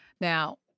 Now